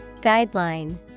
Guideline